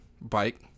bike